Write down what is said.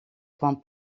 kwam